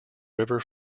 river